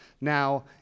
Now